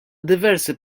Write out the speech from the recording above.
diversi